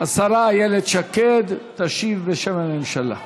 השרה איילת שקד תשיב בשם הממשלה.